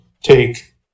take